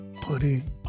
putting